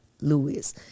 Lewis